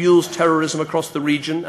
ויעמיק את היחסים בכל התחומים,